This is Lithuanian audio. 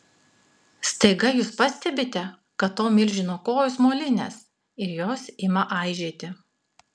staiga jūs pastebite kad to milžino kojos molinės ir jos ima aižėti